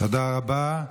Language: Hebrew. תודה רבה.